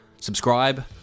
Subscribe